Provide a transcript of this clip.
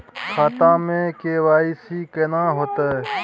खाता में के.वाई.सी केना होतै?